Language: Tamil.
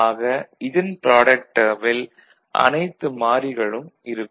ஆக இதன் ப்ராடக்ட் டேர்மில் அனைத்து மாறிகளும் இருக்கும்